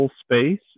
space